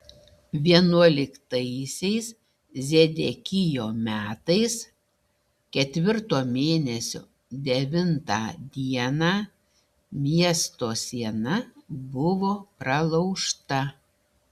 vienuoliktaisiais zedekijo metais ketvirto mėnesio devintą dieną miesto siena buvo pralaužta